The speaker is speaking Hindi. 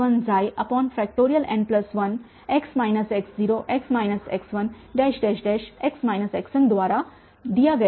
x x0x x1 द्वारा दिया गया है